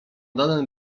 dane